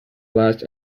last